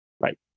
Right